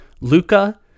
Luca